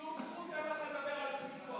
שום זכות אין לך לדבר על קיפוח.